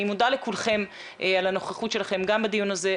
אני מודה לכולכם על הנוכחות שלכם גם בדיון הזה,